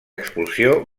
expulsió